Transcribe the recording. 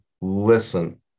listen